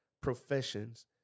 professions